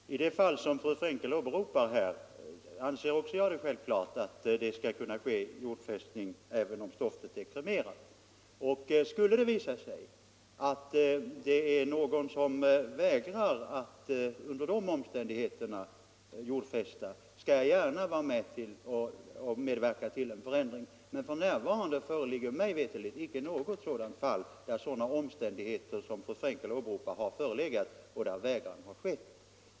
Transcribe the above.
Herr talman! I de fall som fru Frenkel åberopar anser också jag att det är självklart att jordfästning skall kunna ske även om stoftet är kremerat. Skulle det visa sig att någon under de omständigheterna vägrar att jordfästa, skall jag gärna medverka til! en förändring. Men för närvarande föreligger mig veterligt inte något fall där omständigheterna har varit sådana som fru Frenkel åberopar och där vägran har skett.